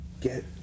get